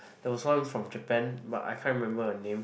there was one from Japan but I can't remember her name